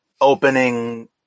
opening